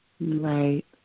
Right